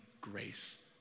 grace